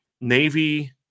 Navy